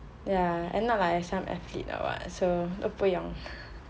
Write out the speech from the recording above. ya and not like some athlete or what so 都不用